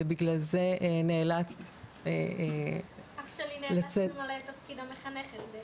ובגלל זה נאלצת --- אח שלי נאלץ למלא את תפקיד המחנכת.